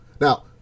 now